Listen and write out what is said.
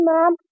Mom